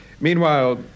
Meanwhile